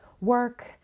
work